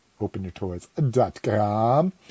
OpenYourToys.com